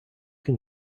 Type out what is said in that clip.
can